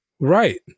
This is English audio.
Right